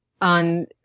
on